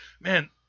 Man